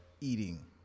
eating